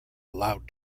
allowed